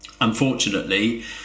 Unfortunately